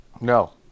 No